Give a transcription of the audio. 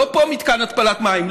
לא פה מתקן התפלת מים,